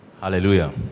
hallelujah